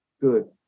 Good